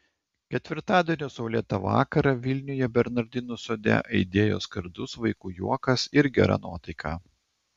ketvirtadienio saulėtą vakarą vilniuje bernardinų sode aidėjo skardus vaikų juokas ir gera nuotaika